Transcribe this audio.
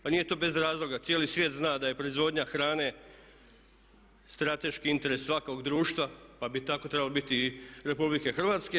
Pa nije to bez razloga, cijeli svijet zna da je proizvodnja hrane strateški interes svakog društva pa bi tako trebalo biti i u RH.